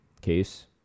Case